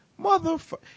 Motherfucker